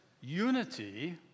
unity